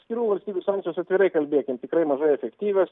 atskirų valstybių sankcijos atvirai kalbėkim tikrai mažai efektyvios